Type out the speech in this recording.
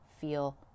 feel